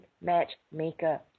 matchmaker